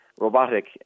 robotic